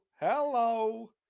hello